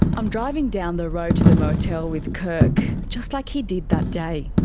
i'm driving down the road to the motel with kirk. just like he did that day.